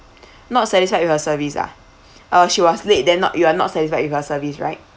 not satisfied with her service ah uh she was late then not you're not satisfied with her service right